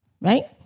Right